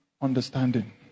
understanding